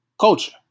Culture